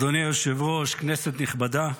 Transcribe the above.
אדוני היושב-ראש, כנסת נכבדה,